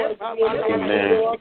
Amen